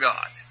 God